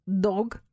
dog